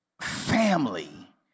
family